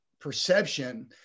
perception